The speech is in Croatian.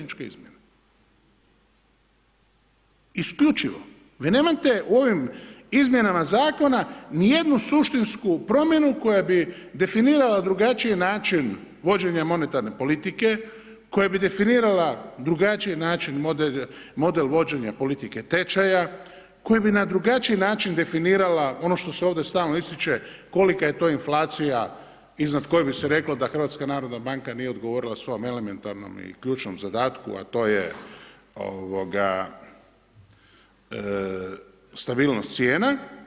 Vi nemate u ovim izmjenama zakona nijednu suštinsku promjenu koja bi definirala drugačiji način vođenja monetarne politike, koja bi definirala drugačiji način model vođenja politike tečaja, koji bi na drugačiji način definirala ono što se ovdje stalno ističe, kolika je to inflacija iznad koje bi se reklo da HNB nije dogovorila svom elementarnom i ključnom zadatku, a to je stabilnost cijena.